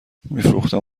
میفروختم